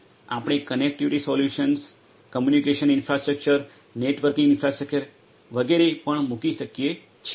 આપણે connectivity solutions communication infrastructure networking infrastructure વગેરે પણ મૂકી શકીએ છીએ